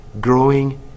growing